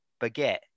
baguette